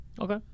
Okay